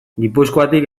gipuzkoatik